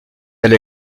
elle